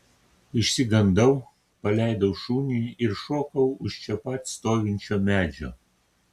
išsigandau paleidau šunį ir šokau už čia pat stovinčio medžio